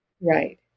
Right